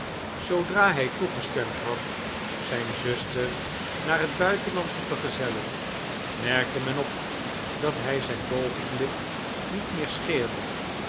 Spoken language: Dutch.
zoodra hij toegestemd had zijn zuster naar het buitenland te vergezellen merkte men op dat hij zijn bovenlip niet meer scheerde